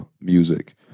music